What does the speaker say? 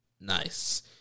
nice